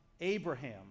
Abraham